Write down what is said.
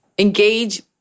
Engage